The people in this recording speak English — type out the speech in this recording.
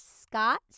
Scott